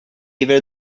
ever